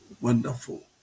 wonderful